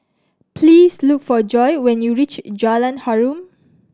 please look for Joye when you reach Jalan Harum